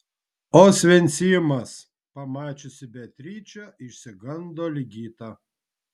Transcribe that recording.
osvencimas pamačiusi beatričę išsigando ligita